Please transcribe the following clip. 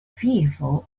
fearful